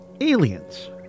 Aliens